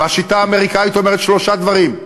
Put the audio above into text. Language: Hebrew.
והשיטה האמריקנית אומרת שלושה דברים: